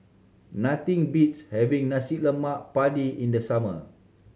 nothing beats having lemak padi in the summer